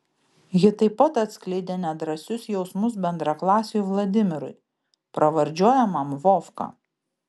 ji taip pat atskleidė nedrąsius jausmus bendraklasiui vladimirui pravardžiuojamam vovka